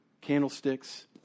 candlesticks